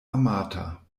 amata